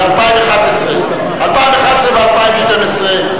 2011. 2011 ו-2012,